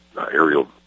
aerial